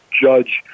judge